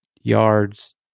yards